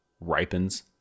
ripens